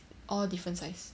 all different size